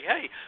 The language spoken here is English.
hey